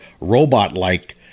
robot-like